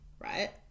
right